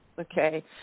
okay